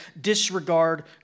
disregard